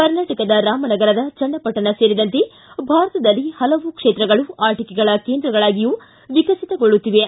ಕರ್ನಾಟಕದ ರಾಮನಗರದ ಚನ್ನಪಟ್ಟಣ ಸೇರಿದಂತೆ ಭಾರತದಲ್ಲಿ ಹಲವು ಕ್ಷೇತ್ರಗಳು ಆಟಕೆಗಳ ಕೇಂದ್ರಗಳಾಗಿಯೂ ವಿಕಸಿತಗೊಳ್ಳುತ್ತಿವೆ